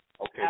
Okay